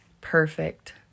perfect